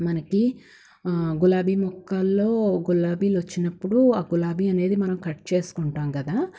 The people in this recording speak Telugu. మనకి గులాబీ మొక్కల్లో గులాబీలు వచ్చినప్పుడు ఆ గులాబీ అనేది మనం కట్ చేసుకుంటాం కదా